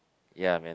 ya man